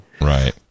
Right